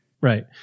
Right